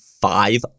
five